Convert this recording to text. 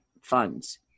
funds